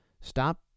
Stop